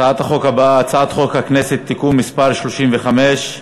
הצעת החוק הבאה: הצעת חוק הכנסת (תיקון מס' 35)